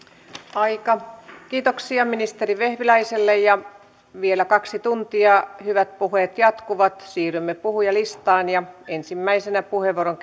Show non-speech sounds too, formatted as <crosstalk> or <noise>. aika kiitoksia ministeri vehviläiselle ja vielä kaksi tuntia hyvät puheet jatkuvat siirrymme puhujalistaan ja ensimmäisenä puheenvuoron <unintelligible>